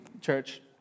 church